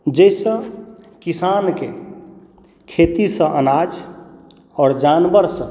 जाहिसँ किसानके खेतीसँ अनाज आओर जानवरसँ